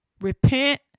repent